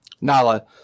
Nala